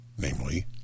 namely